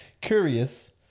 curious